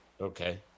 Okay